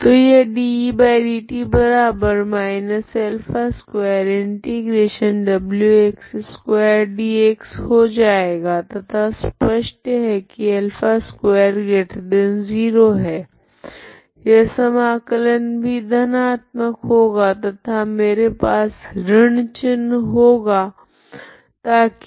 तो यह हो जाएगा तथा स्पष्ट है की α20 यह समाकलन भी धनात्मक होगा तथा मेरे पास ऋण चिन्ह होगा ताकि